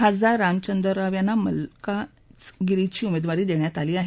खासदार रामचंदर राव यांना मल्काजगिरीची उमेदवारी देण्यात आली आहे